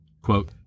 Quote